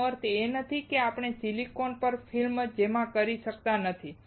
તેનો અર્થ એ નથી કે આપણે સિલિકોન પર ફિલ્મ જમા કરી શકતા નથી